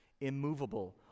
immovable